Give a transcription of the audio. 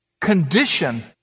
Condition